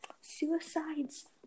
suicides